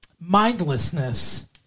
mindlessness